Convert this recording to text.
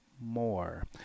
more